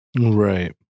right